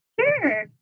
Sure